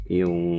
yung